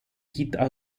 quittent